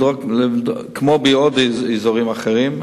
כמו בעוד אזורים אחרים.